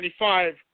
25